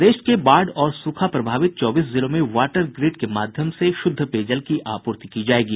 प्रदेश के बाढ़ और सूखा प्रभावित चौबीस जिलों में वाटर ग्रिड के माध्यम से शुद्ध पेयजल की आपूर्ति की जायेगी